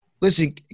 listen